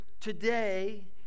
today